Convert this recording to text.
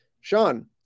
Sean